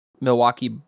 Milwaukee